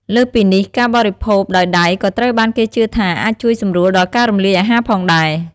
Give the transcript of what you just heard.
លើសពីនេះ ការបរិភោគដោយដៃក៏ត្រូវបានគេជឿថាអាចជួយសម្រួលដល់ការរំលាយអាហារផងដែរ។